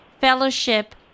fellowship